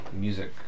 music